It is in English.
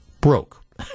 broke